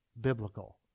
biblical